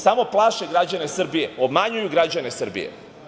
Samo plaše građane Srbije, obmanjuju građane Srbije.